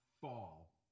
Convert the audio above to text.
fall